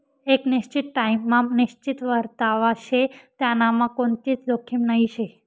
एक निश्चित टाइम मा निश्चित परतावा शे त्यांनामा कोणतीच जोखीम नही शे